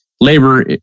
labor